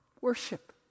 worship